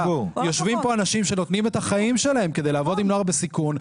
יושבים פה אנשים שנותנים את החיים שלהם כדי לעבוד עם נוער בסיכון,